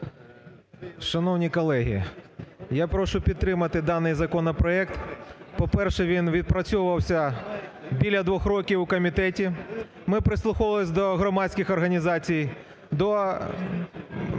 Шановні колеги, я прошу підтримати даний законопроект. По-перше, він відпрацьовувався біля двох років в комітеті. Ми прислуховувались до громадських організацій, до